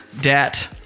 debt-